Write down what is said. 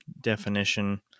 definition